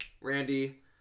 Randy